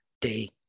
day